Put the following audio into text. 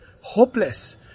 hopeless